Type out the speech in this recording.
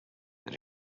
that